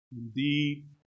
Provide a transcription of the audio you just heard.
indeed